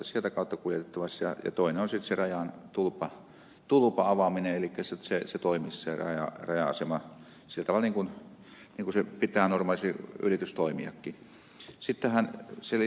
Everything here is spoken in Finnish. toinen on sitten se rajan tulpan avaaminen elikkä että se raja asema toimisi sillä tavalla niin kuin pitää normaalisti yrityksen toimiakin